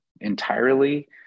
entirely